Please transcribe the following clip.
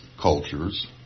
cultures